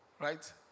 Right